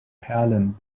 perlen